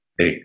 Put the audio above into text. eight